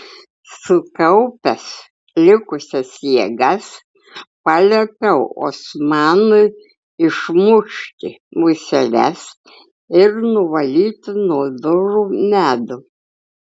sukaupęs likusias jėgas paliepiau osmanui išmušti museles ir nuvalyti nuo durų medų